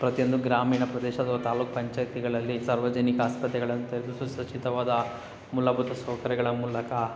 ಪ್ರತಿಯೊಂದು ಗ್ರಾಮೀಣ ಪ್ರದೇಶದ ತಾಲ್ಲೂಕು ಪಂಚಾಯತಿಗಳಲ್ಲಿ ಸಾರ್ವಜನಿಕ ಆಸ್ಪತ್ರೆಗಳನ್ನ ತೆರೆದು ಸುಸಜ್ಜಿತವಾದ ಮೂಲಭೂತ ಸೌಕರ್ಯಗಳ ಮೂಲಕ